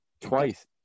twice